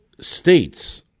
states